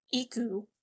Iku